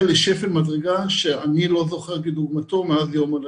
לשפל מדרגה שאני לא זוכר כדוגמתו מאז יום הולדתי.